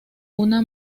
una